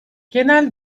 genel